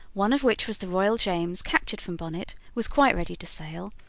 one of which was the royal james, captured from bonnet, was quite ready to sail,